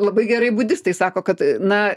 labai gerai budistai sako kad na